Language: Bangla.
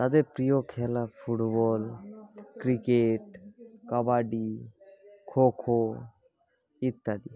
তাদের প্রিয় খেলা ফুটবল ক্রিকেট কাবাডি খো খো ইত্যাদি